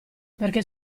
perché